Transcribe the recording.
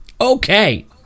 Okay